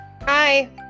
Hi